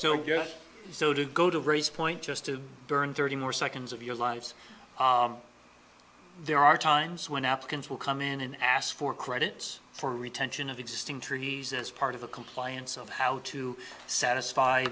guess so to go to raise point just to burn thirty more seconds of your lives there are times when applicants will come in and ask for credits for retention of existing trees as part of a compliance of how to satisfy